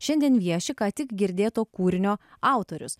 šiandien vieši ką tik girdėto kūrinio autorius